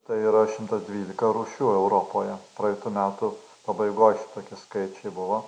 tai yra šimtas dvylika rūšių europoje praeitų metų pabaigoj šitokie skaičiai buvo